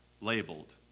labeled